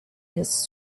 his